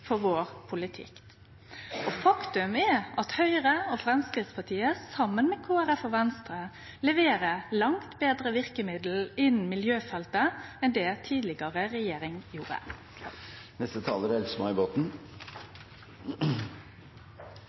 for vår politikk. Og faktum er at Høgre og Framstegspartiet, saman med Kristeleg Folkeparti og Venstre, leverer langt betre verkemiddel innan miljøfeltet enn det den tidlegare regjeringa gjorde.